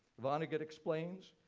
vonnegut explains,